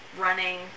running